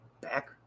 Back